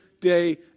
day